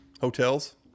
Hotels